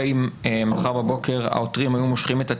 אם מחר בבוקר העותרים היו מושכים את עתירתם.